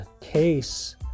case